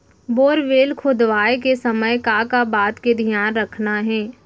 Borewell खोदवाए के समय का का बात के धियान रखना हे?